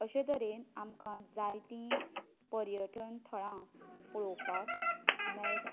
अशे तरेन आमकां जायतीं पर्यटन थळां पळोवपाक मेळटात